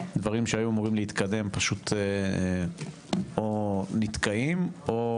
דברים שהיו אמורים להתקדם פשוט או נתקעים או